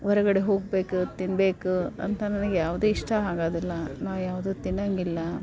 ಹೊರಗಡೆ ಹೋಗ್ಬೇಕು ತಿನ್ನಬೇಕು ಅಂತ ನನಗೆ ಯಾವ್ದು ಇಷ್ಟ ಆಗೋದಿಲ್ಲ ನಾವು ಯಾವುದೂ ತಿನ್ನಂಗಿಲ್ಲ